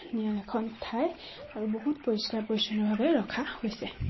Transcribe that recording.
ধুনীয়া এখন ঠাই আৰু বহুত পৰিষ্কাৰ পৰিচ্ছন্নভাৱে ৰখা হৈছে